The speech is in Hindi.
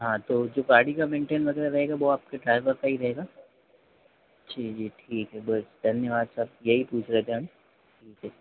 हाँ तो जो गाड़ी का मेन्टेन वगैरह रहेगा वह आपके ड्राइवर का ही रहेगा जी जी ठीक है बहुत धन्यवाद सर यही पूछ रहे थे हम ठीक है